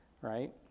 right